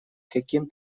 каким